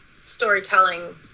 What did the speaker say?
storytelling